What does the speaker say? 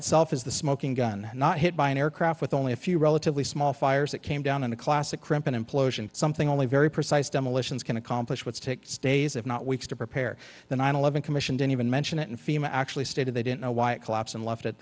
itself is the smoking gun not hit by an aircraft with only a few relatively small fires that came down in the classic crimp an implosion something only very precise demolitions can accomplish what it takes days if not weeks to prepare the nine eleven commission didn't even mention it and fema actually stated they didn't know why it collapsed and left at